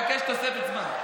אני מבקש תוספת זמן.